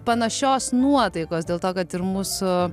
panašios nuotaikos dėl to kad ir mūsų